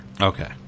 Okay